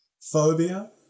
Phobia